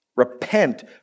repent